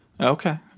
Okay